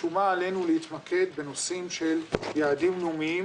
שומה עלינו להתמקד בנושאים של יעדים לאומיים